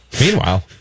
Meanwhile